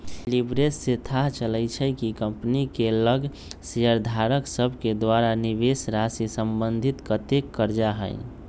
leverage से थाह चलइ छइ कि कंपनी के लग शेयरधारक सभके द्वारा निवेशराशि संबंधित कतेक करजा हइ